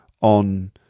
on